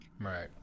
right